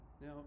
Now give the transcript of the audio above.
Now